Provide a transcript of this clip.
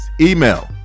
Email